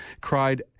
cried